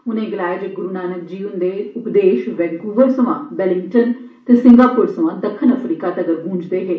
उने गलाया जे ग्रु नानक जी हन्दे उपदेश वैंकूवर सोयां वेलिंगटन ते सिंगापुर सोया दक्षिण अफ्रीका तगर गूंजदे हे